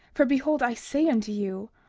for behold, i say unto you,